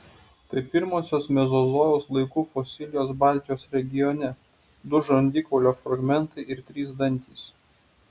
tai pirmosios mezozojaus laikų fosilijos baltijos regione du žandikaulio fragmentai ir trys dantys